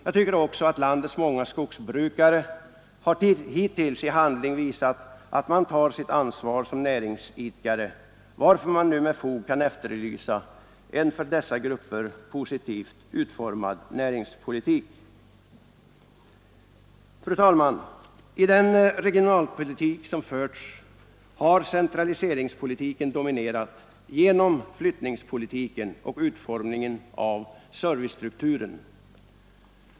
Jag tycker också att landets många skogsbrukare hittills i handling har visat att man tar sitt ansvar som näringsidkare, varför man nu med fog kan efterlysa en för dessa grupper positivt utformad näringspolitik. Fru talman, i den regionalpolitik som förts, har centraliseringspolitiken dominerat genom flyttningspolitiken och utformningen av servicestrukturen.